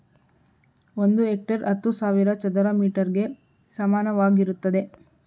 ಒಂದು ಹೆಕ್ಟೇರ್ ಹತ್ತು ಸಾವಿರ ಚದರ ಮೀಟರ್ ಗೆ ಸಮಾನವಾಗಿರುತ್ತದೆ